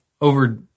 over